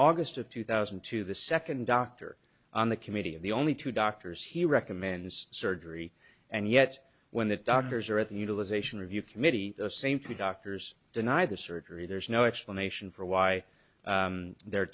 august of two thousand and two the second doctor on the committee of the only two doctors he recommends surgery and yet when the doctors are at the utilization review committee the same three doctors deny the surgery there's no explanation for why they're